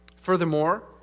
Furthermore